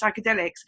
psychedelics